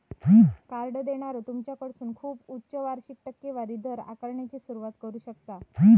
card देणारो तुमच्याकडसून खूप उच्च वार्षिक टक्केवारी दर आकारण्याची सुरुवात करू शकता